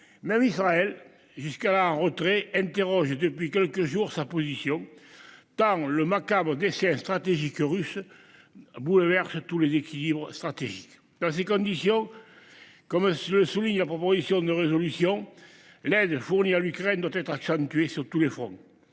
Mais Israël jusqu'à la rentrée. Depuis quelques jours sa position. Tant le macabre dessein stratégiques russes. A bouleversé tous les équilibres stratégiques dans ces conditions. Comme le souligne la proposition de résolution. L'aide fournie à l'Ukraine doit être accentué sur tous les fronts.